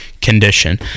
condition